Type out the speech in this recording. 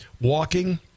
walking